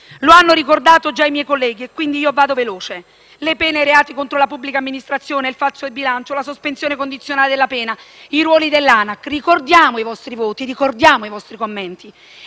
Lo hanno già ricordato i miei colleghi quindi procedo spedita: le pene per reati contro la pubblica amministrazione, il falso in bilancio, la sospensione condizionale della pena, il ruolo dell'ANAC. Ricordiamo i vostri voti, ricordiamo i vostri commenti.